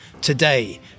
Today